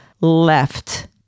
left